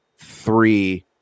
three